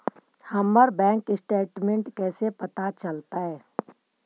हमर bank statement कैसे पता चलतै?